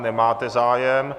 Nemáte zájem.